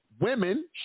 Women